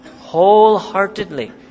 Wholeheartedly